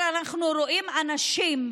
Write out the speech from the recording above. הישראלית,